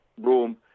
room